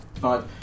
Five